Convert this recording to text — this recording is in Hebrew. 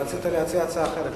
רצית להציע הצעה אחרת.